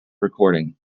recording